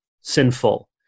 sinful